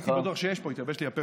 הייתי בטוח שיש פה, התייבש לי הפה.